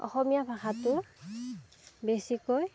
অসমীয়া ভাষাটো বেছিকৈ